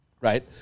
right